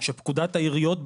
שפקודת העיריות,